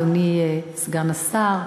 אדוני סגן השר,